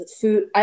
food